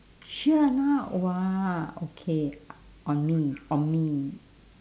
sure or not !wah! okay on me on me